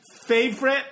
favorite